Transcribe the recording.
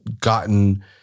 gotten